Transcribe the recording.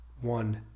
One